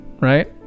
right